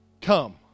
come